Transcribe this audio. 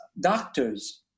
doctors